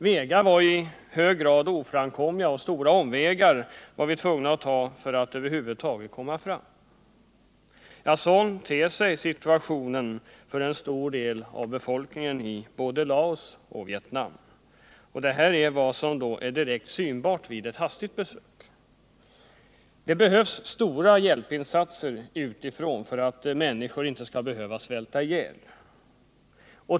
Vägar var i hög grad oframkomliga, och vi var tvungna att ta stora omvägar för att över huvud taget komma fram. Sådan ter sig situationen för en stor del av befolkningen i både Laos och Vietnam — och detta är endast vad som är direkt synbart vid ett hastigt besök. Det behövs stora hjälpinsatser utifrån för att människor inte skall behöva svälta ihjäl.